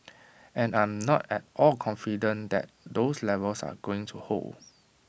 and I'm not at all confident that those levels are going to hold